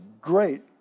great